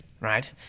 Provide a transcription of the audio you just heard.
right